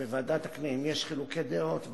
אם יש חילוקי דעות,